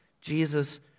Jesus